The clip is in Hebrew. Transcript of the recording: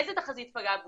איזה תחזית פגעה בול?